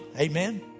Amen